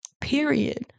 Period